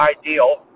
ideal